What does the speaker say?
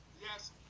Yes